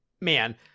man